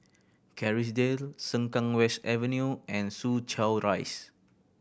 Kerrisdale Sengkang West Avenue and Soo Chow Rise